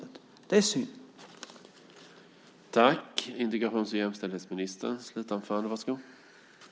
Det är synd, och det är därför vi tar debatten i dag.